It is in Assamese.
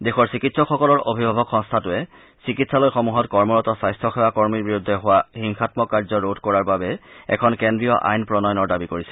দেশৰ চিকিৎসকসকলৰ অভিভাৱক সংস্থাটোৱে চিকিৎসালয়সমূহত কৰ্মৰত স্বাস্থ্য সেৱা কৰ্মীৰ বিৰুদ্ধে হোৱা হিংসামক কাৰ্য ৰোধ কৰাৰ বাবে এখন কেড্ৰীয় আইন প্ৰণয়নৰ দাবী কৰিছে